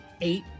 Eight